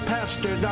Pastor